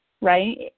right